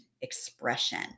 expression